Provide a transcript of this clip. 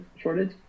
shortage